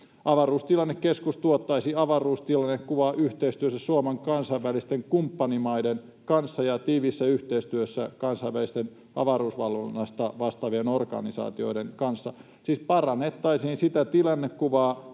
Avaruustilannekeskus tuottaisi avaruustilannekuvaa yhteistyössä Suomen kansainvälisten kumppanimaiden kanssa ja tiiviissä yhteistyössä kansainvälisten avaruusvalvonnasta vastaavien organisaatioiden kanssa. Siis parannettaisiin sitä tilannekuvaa,